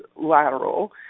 lateral